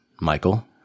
Michael